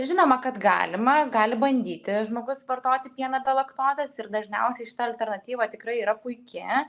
žinoma kad galima gali bandyti žmogus vartoti pieną be laktozės ir dažniausiai šita alternatyva tikrai yra puiki